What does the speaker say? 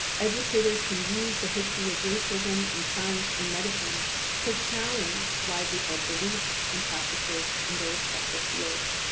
educators can use the history of racism in science and medicine to challenge widely held beliefs and practices in their respective fields.